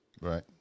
right